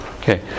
okay